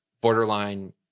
borderline